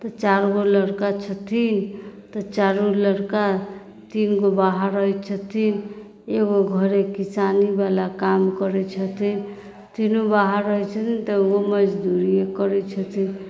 तऽ चारि गो लड़का छथिन तऽ चारि गो लड़का तीन गो बाहर रहैत छथिन एगो घरे किसानीवला काम करैत छथिन तीनू बाहर रहैत छथिन तऽ ओहो मजदूरिए करैत छथिन